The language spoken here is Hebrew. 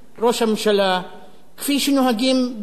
כפי שנוהגים במדינות טוטליטריות באזור: